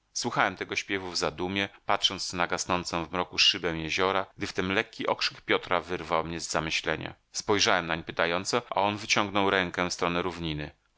słuchałem tego śpiewu w zadumie patrząc na gasnącą w mroku szybę jeziora gdy wtem lekki okrzyk piotra wyrwał mnie z zamyślenia spojrzałem nań pytająco a on wyciągnął rękę w stronę równiny